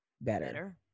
Better